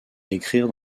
écrire